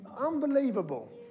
unbelievable